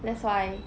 that's why